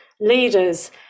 leaders